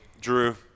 Drew